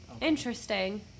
Interesting